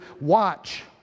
Watch